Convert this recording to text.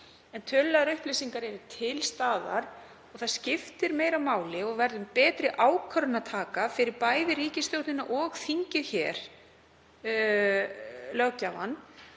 En tölulegar upplýsingar eru til staðar og það skiptir meira máli, og verður betri ákvörðunartaka fyrir bæði ríkisstjórnina og þingið, löggjafann,